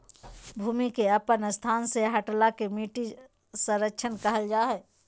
भूमि के अपन स्थान से हटला के मिट्टी क्षरण कहल जा हइ